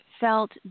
felt